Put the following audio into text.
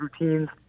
routines